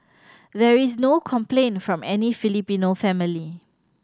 there is no complaint from any Filipino family